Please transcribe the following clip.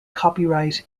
copyright